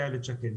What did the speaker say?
איילת שקד.